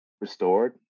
restored